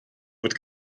fod